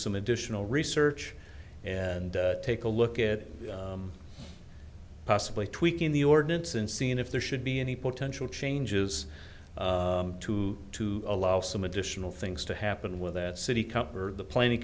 some additional research and take a look at possibly tweaking the ordinance and seeing if there should be any potential changes to to allow some additional things to happen with that city come for the planning